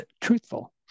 truthful